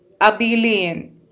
Abelian